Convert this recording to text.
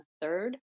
third